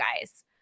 guys